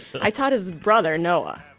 i taught his brother, noah,